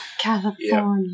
California